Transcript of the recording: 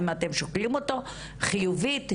האם אתם שוקלים את זה לחיוב, לשלילה,